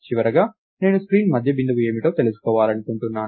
చివరగా నేను స్క్రీన్ మధ్య బిందువు ఏమిటో తెలుసుకోవాలనుకుంటున్నాను